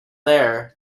there